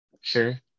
sure